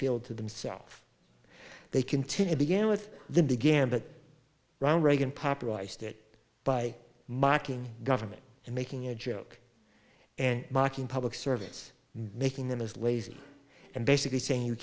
field to themself they continue began with the began but ron reagan popularized it by mocking government and making a joke and mocking public service making them as lazy and basically saying you